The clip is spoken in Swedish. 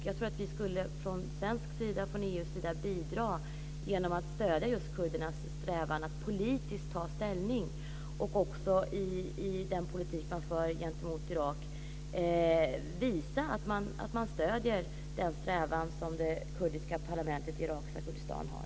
Jag tror att vi från svensk sida och från EU:s sida skulle kunna bidra genom att stödja just kurdernas strävan genom att politiskt ta ställning. Och man skulle också i den politik som man för gentemot Irak visa att man stöder den strävan som det kurdiska parlamentet i irakiska Kurdistan har.